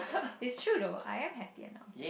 is true though I am happier now